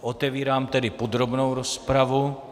Otevírám tedy podrobnou rozpravu.